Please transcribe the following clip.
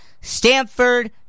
Stanford